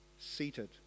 seated